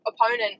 opponent